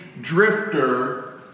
drifter